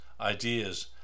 ideas